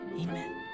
Amen